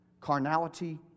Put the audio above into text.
carnality